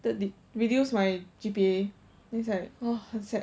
the reduced my G_P_A then is like !wah! 很 sad